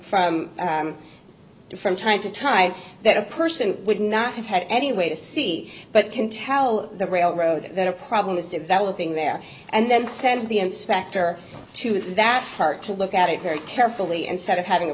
from from from time to time that a person would not have had any way to see but can tell the railroad that a problem is developing there and then send the inspector to that part to look at it very carefully instead of having a